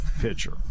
pitcher